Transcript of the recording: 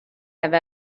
have